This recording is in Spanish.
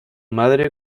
madre